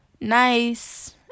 nice